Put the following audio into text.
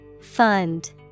Fund